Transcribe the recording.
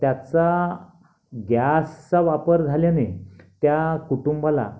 त्याचा गॅसचा वापर झाल्याने त्या कुटुंबाला